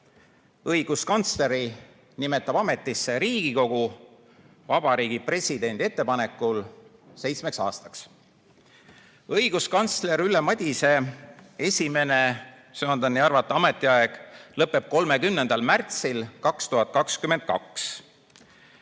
"Õiguskantsleri nimetab ametisse Riigikogu Vabariigi Presidendi ettepanekul seitsmeks aastaks." Õiguskantsler Ülle Madise esimene – söandan nii arvata – ametiaeg lõpeb 30. märtsil 2022.